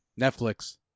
Netflix